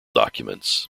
documents